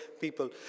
people